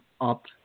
up